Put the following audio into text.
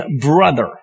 brother